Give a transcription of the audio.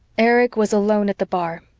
erich was alone at the bar,